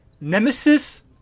Nemesis